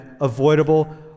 avoidable